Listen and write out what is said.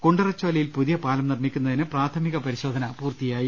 കുണ്ട്റച്ചോലയിൽ പുതിയപാലം നിർമി ക്കുന്നതിന് പ്രാഥമിക പരിശ്ശോധന പൂർത്തിയായി